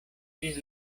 ĝis